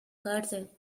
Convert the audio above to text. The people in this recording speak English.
garden